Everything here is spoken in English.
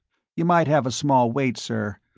you might have a small wait, sir.